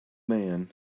man